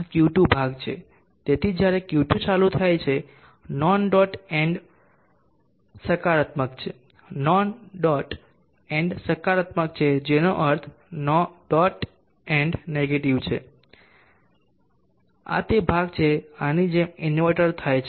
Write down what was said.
તેથી આ Q2 ભાગ છે તેથી જ્યારે Q2 ચાલુ થાય છે નોન ડોટ એન્ડ સકારાત્મક છે નોન ડોટ એન્ડ સકારાત્મક છે જેનો અર્થ છે ડોટ એન્ડ નેગેટિવ છે આ તે ભાગ છે તે આની જેમ ઇન્વર્ટર થાય છે